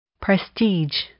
Prestige